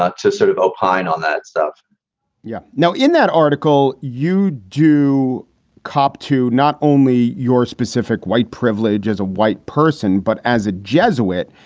ah to sort of opine on that stuff yeah now, in that article, you do cop to not only your specific white privilege as a white person, but as a jesuit.